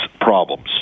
problems